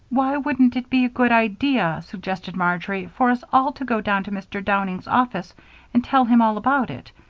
why wouldn't it be a good idea, suggested marjory, for us all to go down to mr. downing's office and tell him all about it?